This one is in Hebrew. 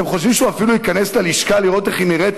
אתם חושבים שהוא אפילו ייכנס ללשכה לראות איך היא נראית,